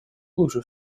лучше